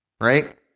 Right